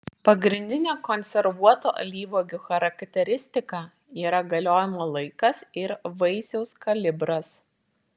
pagrindinė konservuotų alyvuogių charakteristika yra galiojimo laikas ir vaisiaus kalibras